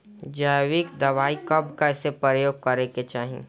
जैविक दवाई कब कैसे प्रयोग करे के चाही?